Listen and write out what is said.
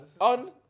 On